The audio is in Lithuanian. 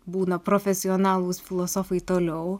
būna profesionalūs filosofai toliau